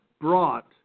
brought